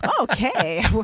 okay